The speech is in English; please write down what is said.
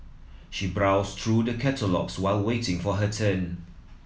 she brows through the catalogues while waiting for her turn